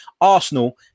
Arsenal